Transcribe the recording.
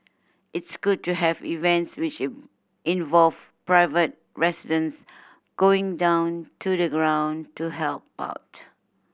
it's good to have events which involve private residents going down to the ground to help out